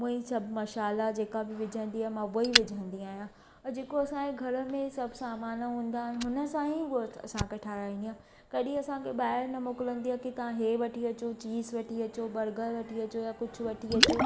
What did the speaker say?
मूं हीअ सभु मशाला जेका बि विझंदी आहे मां उहेई विझंदी आहियां ऐं जेको असांजे घर में सभु सामान हूंदा आहिनि हुनसां ई हुअ त असांखे ठहाराईंदी आहे कॾहिं असांखे बाहिरि न मोकिलंदी आहे की तव्हां हे वठी अचो चीज़ वठी अचो बर्गर वठी अचो या कुझु वठी अचो